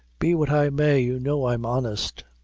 be what i may, you know i'm honest.